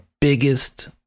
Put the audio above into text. biggest